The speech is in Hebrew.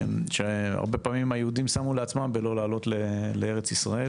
שהרבה פעמים היהודים שמו לעצמם בלא לעלות לארץ ישראל